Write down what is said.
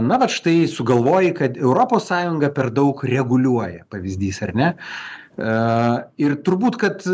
na vat štai sugalvoji kad europos sąjunga per daug reguliuoja pavyzdys ar ne aaa ir turbūt kad